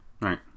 Right